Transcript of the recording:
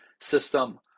system